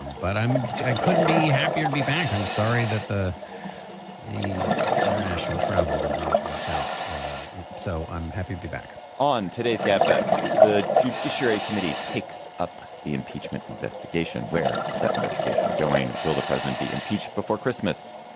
but i'm i couldn't be happier to be back. i'm sorry that the the international travel did not work out so i'm happy to be back on today's gabfest. the judiciary committee takes up the impeachment investigation. where is that investigation going will the president be impeached before christmas?